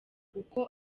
uko